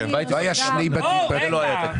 בית פרטי ש זה לא היה תקדים.